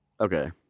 Okay